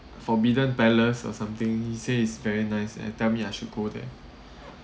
forbidden palace or something say is very nice and tell me I should go there